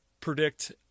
predict